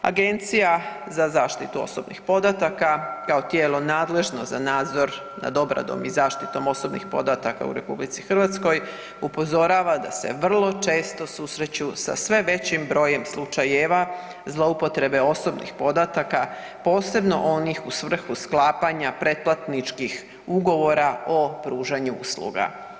Agencija za zaštitu osobnih podataka kao tijelo nadležno za nadzor nad obradom i zaštitom osobnih podataka u RH upozorava da se vrlo često susreću sa sve većim brojem slučajeva zloupotrebe osobnih podataka, posebno onih u svrhu sklapanja pretplatničkih ugovora o pružanju usluga.